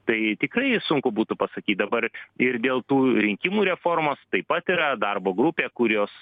tai tikrai sunku būtų pasakyt dabar ir dėl tų rinkimų reformos taip pat yra darbo grupė kurios